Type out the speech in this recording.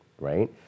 right